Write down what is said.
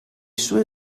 sue